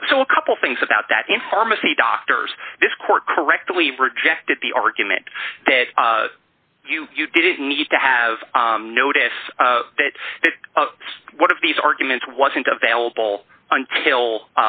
so so a couple things about that in pharmacy doctors this court correctly rejected the argument that you didn't need to have notice that one of these arguments wasn't available until